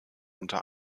unter